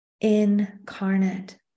incarnate